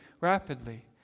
rapidly